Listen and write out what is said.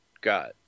got